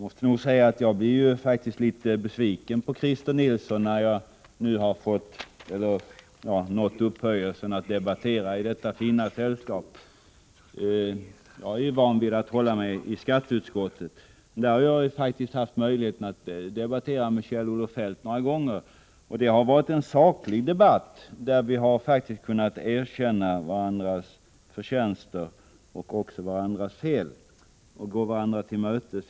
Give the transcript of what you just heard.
Herr talman! När jag nu nått upphöjelsen att få debattera i detta fina sällskap måste jag säga att jag blev litet besviken på Christer Nilsson. Jag är van vid att hålla mig i skatteutskottet. Där har jag haft möjligheten att diskutera med Kjell-Olof Feldt några gånger. Det har varit en saklig debatt, där vi kunnat erkänna varandras förtjänster och också varandras fel och gå varandra till mötes.